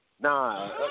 Nah